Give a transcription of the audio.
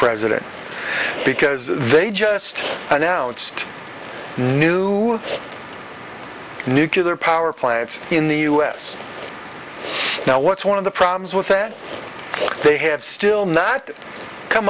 president because they just announced new nuclear power plants in the u s now what's one of the problems with that they have still not come